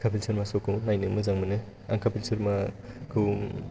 कपिल शर्मा स' खौ नायनो मोजां मोनो आं कपिल शर्माखौ